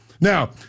Now